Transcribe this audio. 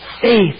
faith